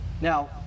Now